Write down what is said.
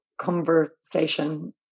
conversation